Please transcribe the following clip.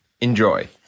Enjoy